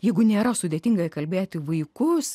jeigu nėra sudėtinga įkalbėti vaikus